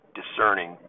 discerning